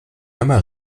einmal